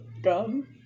gum